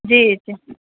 جی